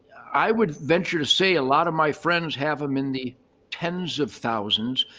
i would venture to say, a lot of my friends have them in the tens of thousands.